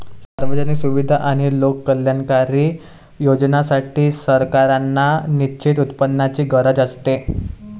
सार्वजनिक सुविधा आणि लोककल्याणकारी योजनांसाठी, सरकारांना निश्चित उत्पन्नाची गरज असते